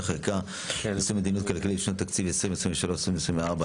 חקיקה ליישום המדיניות הכלכלית לשנות התקציב 2023 ו-2024),